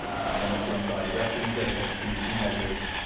and then once you're inside, the restrooms. they're the kind of two key measures.